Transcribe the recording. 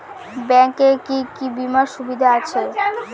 Bank এ কি কী বীমার সুবিধা আছে?